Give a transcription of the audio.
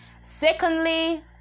Secondly